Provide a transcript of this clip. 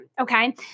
okay